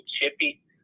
chippy